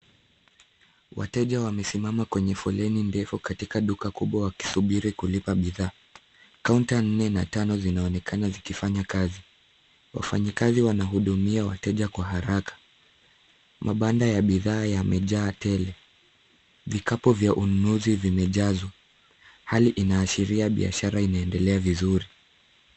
Wateja wamesimama kwenye foleni ndefu katika duka kubwa wakisubiri kulipa bidhaa. Kaunta nne na tano zinaonekana zikifanya kazi. Wafanyikazi wanahudumia wateja kwa haraka. Mabanda ya bidhaa yamejaa tele. Vikapu vya ununuzi vimejazwa. Hali inaashiria biashara inaendelea vizuri.